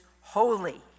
holy